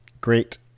Great